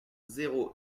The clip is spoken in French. zéro